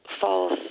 false